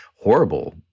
Horrible